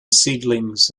seedlings